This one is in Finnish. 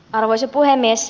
arvoisa puhemies